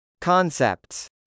Concepts